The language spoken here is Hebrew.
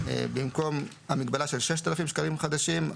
במקום המגבלה של 6,000 שקלים חדשים,